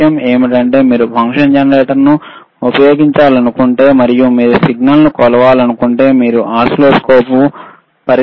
విషయం ఏమిటంటే మీరు ఫంక్షన్ జెనరేటర్ను ఉపయోగించాలనుకుంటే మరియు మీరు సిగ్నల్ను కొలవాలనుకుంటే మీరు ఓసిల్లోస్కోప్ను పరికరంగా ఉపయోగించవచ్చు